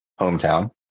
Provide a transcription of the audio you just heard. hometown